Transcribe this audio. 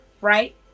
right